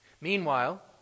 Meanwhile